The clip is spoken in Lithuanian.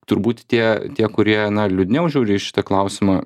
turbūt tie tie kurie na liūdniau žiūri į šitą klausimą